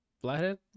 flathead